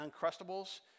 Uncrustables